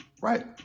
right